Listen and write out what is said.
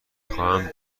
خواهم